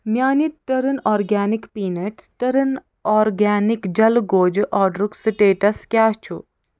میٛانہِ تٔرن organic peanuts تٔرٕن آرگینِک جلگوزٕ آرڈرُک سِٹیٹس کیٚاہ چھُ